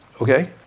okay